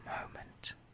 moment